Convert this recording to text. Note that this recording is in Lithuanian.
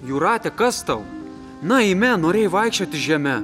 jūrate kas tau na eime norėjai vaikščioti žeme